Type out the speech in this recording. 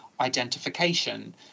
identification